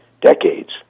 decades